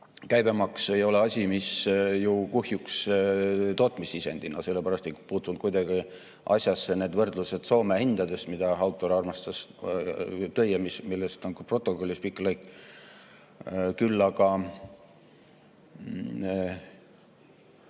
Käibemaks ei ole asi, mis kuhjuks tootmissisendina, sellepärast ei puutunud asjasse need võrdlused Soome hindade kohta, mida autor armastas tuua ja millest on ka protokollis pikk lõik. Küll aga